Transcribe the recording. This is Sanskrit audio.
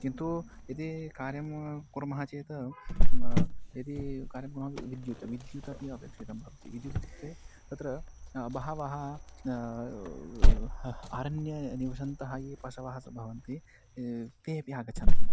किन्तु यदि कार्यं कुर्मः चेत् यदि कार्यं कुर्मः विद्युत् विद्युतपि अपेक्षितं भवति विद्युत् इत्युक्ते तत्र बहवः अरण्ये निवसन्तः ये पशवः सः भवन्ति ते अपि आगच्छन्ति